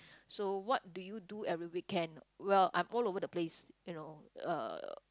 so what do you do every weekend well I'm all over the place you know uh